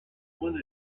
one